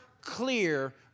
clear